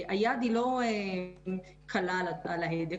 היד היא לא קלה על ההדק,